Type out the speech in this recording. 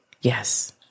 Yes